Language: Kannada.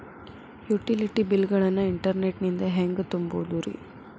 ಯುಟಿಲಿಟಿ ಬಿಲ್ ಗಳನ್ನ ಇಂಟರ್ನೆಟ್ ನಿಂದ ಹೆಂಗ್ ತುಂಬೋದುರಿ?